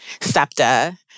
SEPTA